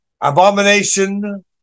abomination